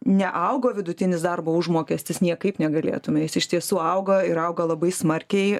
neaugo vidutinis darbo užmokestis niekaip negalėtumei jis iš tiesų auga ir auga labai smarkiai